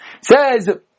Says